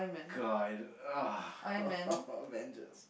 god ugh Avengers